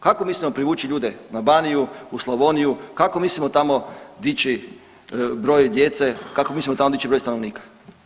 Kako mislimo privući ljude na Baniju, u Slavoniju, kako mislimo tamo dići broj djece, kako mislimo tamo dići broj stanovnika?